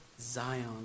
Zion